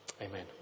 Amen